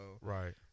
Right